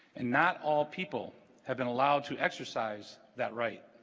and not all people have been allowed to exercise that right